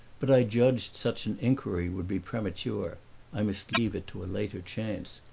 but i judged such an inquiry would be premature i must leave it to a later chance.